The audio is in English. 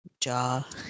jaw